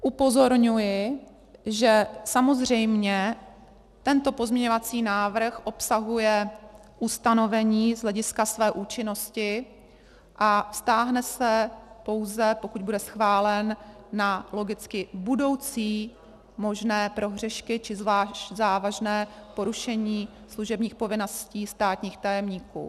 Upozorňuji, že samozřejmě tento pozměňovací návrh obsahuje ustanovení z hlediska své účinnosti a vztáhne se pouze, pokud bude schválen, na logicky budoucí možné prohřešky či zvlášť závažné porušení služebních povinností státních tajemníků.